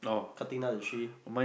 cutting down the tree